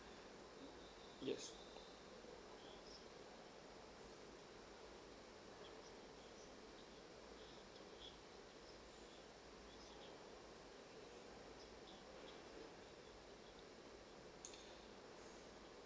yes